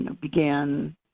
began